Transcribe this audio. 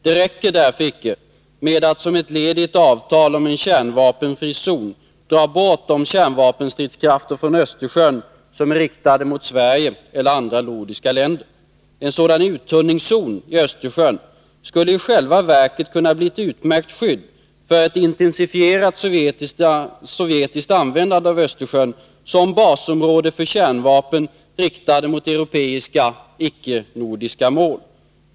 Det räcker därför icke med att som ett led i ett avtal om en kärnvapenfri zon dra bort de kärnvapenstridskrafter från Östersjön som är riktade mot Sverige eller andra nordiska länder. En sådan uttunningszon i Östersjön skulle i själva verket kunna bli ett utmärkt skydd för ett intensifierat sovjetiskt användande av Östersjön som basområde för kärnvapen riktade mot europeiska, icke-nordiska mål.